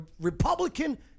Republican